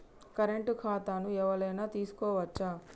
Current ఖాతాను ఎవలైనా తీసుకోవచ్చా?